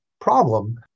problem